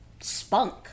spunk